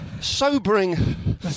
sobering